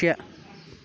تےٚ